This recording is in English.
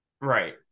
Right